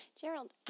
Gerald